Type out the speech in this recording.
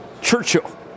Churchill